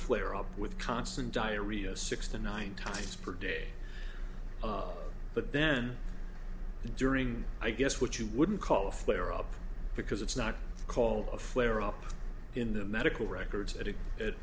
flare up with constant diarrhea six to nine times per day but then during i guess what you wouldn't call a flare up because it's not called a flare up in the medical records